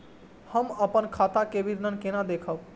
हम अपन खाता के विवरण केना देखब?